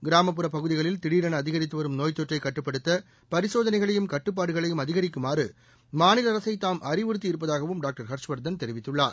கிராமப்புறப் பகுதிகளில் திஉரென அதிகரித்து வரும் நோய்த் தொற்றைக் கட்டுப்படுத்த பரிசோதனைகளையும் கட்டுப்பாடுகளையும் அதிகரிக்குமாறு மாநில அரசை தாம் அறிவுறுத்தியிருப்பதாகவும் டாக்டர் ஹர்ஷ்வர்தன் தெரிவித்துள்ளார்